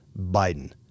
Biden